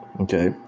okay